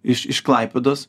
iš iš klaipėdos